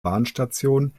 bahnstation